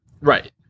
Right